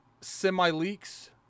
semi-leaks